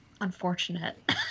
unfortunate